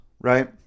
right